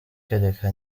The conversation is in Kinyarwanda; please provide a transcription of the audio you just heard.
kereka